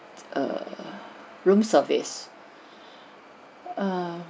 err room service um